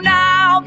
now